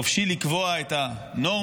האזרח חופשי לקבוע את הנורמות,